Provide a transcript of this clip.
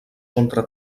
contra